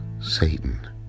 Satan